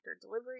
delivery